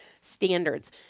standards